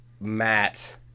Matt